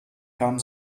kam